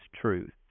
truth